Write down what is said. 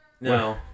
No